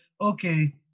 okay